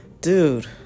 dude